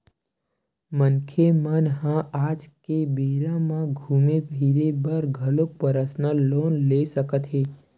मनखे मन ह आज के बेरा म घूमे फिरे बर घलो परसनल लोन ले सकत हे